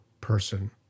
person